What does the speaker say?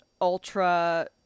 ultra-